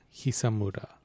Hisamura